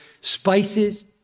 spices